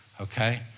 Okay